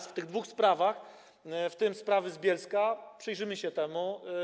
Co do tych dwóch spraw, w tym sprawy z Bielska - przyjrzymy się temu.